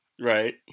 Right